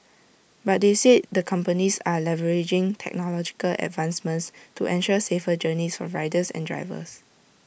but they said the companies are leveraging technological advancements to ensure safer journeys for riders and drivers